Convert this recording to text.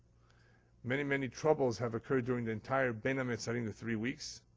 many, many troubles have occurred during the entire ben hametzarim the three weeks.